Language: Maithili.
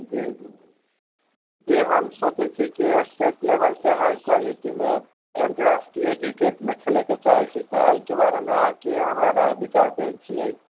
जी जी जी हम सोचै छिए कि एस्टेट लेवलसँ हाइ क्वालिटीमे अन्तर्राष्ट्रीय किरकेटमे खेलैके चाहै छी तऽ ताहिके बारेमे अहाँ की हमरा राय विचार दै छिए